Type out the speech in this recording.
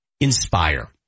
Inspire